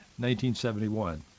1971